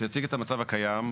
שיציג את המצב הקיים.